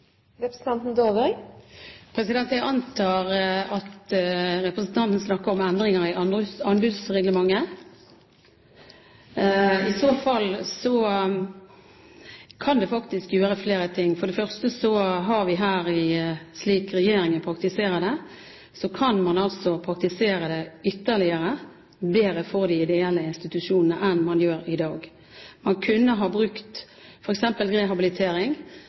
representanten snakker om endringer i anbudsreglementet. I så fall kan man gjøre flere ting. For det første kan regjeringen praktisere det på en bedre måte for de ideelle institusjonene enn man gjør i dag. Når det f.eks. gjelder rehabilitering,